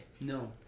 No